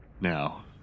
now